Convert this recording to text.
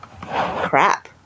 crap